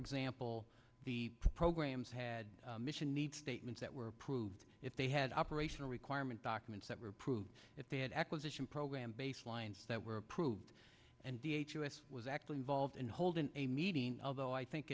example the programs had a mission need statements that were approved if they had operational requirement documents that were approved if they had acquisition program baselines that were approved and was actually involved in holding a meeting of though i think